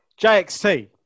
JXT